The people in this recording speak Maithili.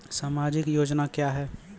समाजिक योजना क्या हैं?